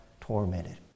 tormented